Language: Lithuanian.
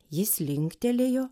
jis linktelėjo